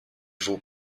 faut